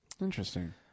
interesting